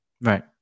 right